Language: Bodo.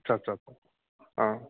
आस्सा आस्सा अ